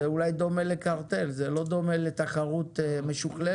זה אולי דומה לקרטל, זה לא דומה לתחרות משוכללת.